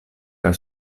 kaj